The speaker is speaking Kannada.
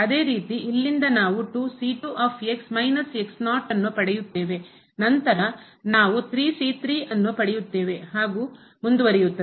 ಅದೇ ರೀತಿ ಇಲ್ಲಿಂದ ನಾವು ಅನ್ನು ಪಡೆಯುತ್ತೇವೆ ನಂತರ ನಾವು ಅನ್ನು ಪಡೆಯುತ್ತೇವೆ ಹಾಗೂ ಮುಂದುವರೆಯುತ್ತದೆ